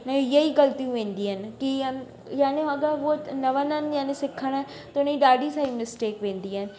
उन हीअ ई ग़लतियूं वेंदियूं आहिनि की य यानि अगरि उहे न वञनि यानि सिखणु त उन ई ॾाढी सारी मिस्टेक वेंदी आहिनि